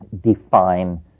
define